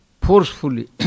forcefully